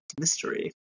mystery